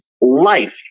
life